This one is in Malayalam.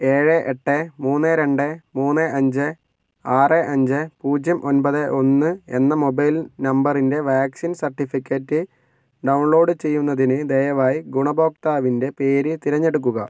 ഏഴ് എട്ട് മൂന്ന് രണ്ട് മൂന്ന് അഞ്ച് ആറ് അഞ്ച് പൂജ്യം ഒൻപത് ഒന്ന് എന്ന മൊബൈൽ നമ്പറിൻ്റെ വാക്സിൻ സർട്ടിഫിക്കറ്റ് ഡൗൺലോഡ് ചെയ്യുന്നതിന് ദയവായി ഗുണഭോക്താവിൻ്റെ പേര് തിരഞ്ഞെടുക്കുക